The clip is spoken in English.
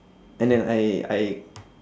and then I I